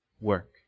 work